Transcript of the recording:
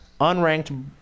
unranked